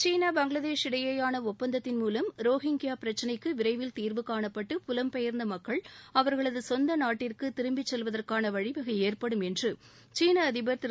சீனா பங்களாதேஷ் இடையேயான ஒப்பந்தத்தின் மூலம் ரோஹிங்கயா பிரச்சினைக்கு விரைவில் தீர்வு காணப்பட்டு புலம் பெயர்ந்த மக்கள் அவர்களது சொந்த நாட்டிற்கு திரும்பி செல்வதற்கான வழிவகை ஏற்படும் என்று சீன அதிபர் திரு